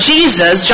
Jesus